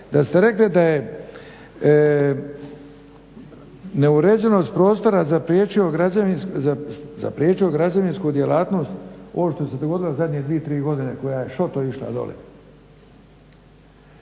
da ste rekli da je neuređenost prostora zapriječio građevinsku djelatnost ovo što se dogodilo zadnje dvije, tri godine koja je šoto išla dole.